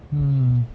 mm